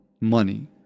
money